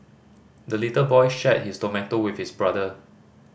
the little boy shared his tomato with his brother